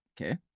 Okay